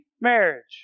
marriage